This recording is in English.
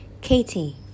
katie